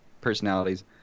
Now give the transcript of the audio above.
personalities